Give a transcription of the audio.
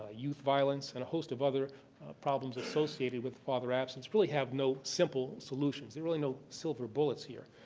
ah youth violence, and a host of other problems associated with father absence really have no simple solutions. there are really no silver bullets here.